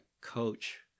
coach